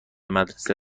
مدرسه